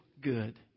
good